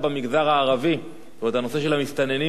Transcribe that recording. זאת אומרת, הנושא של המסתננים נוגע לכל עם ישראל.